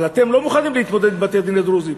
אבל אתם לא מוכנים להתמודד עם בתי-הדין הדרוזיים,